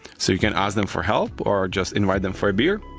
so you can ask them for help, or just invite them for a beer?